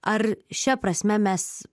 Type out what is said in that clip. ar šia prasme mes